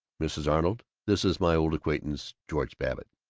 mrs. arnold, this is my old-acquaintance, george babbitt.